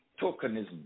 tokenism